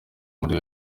muri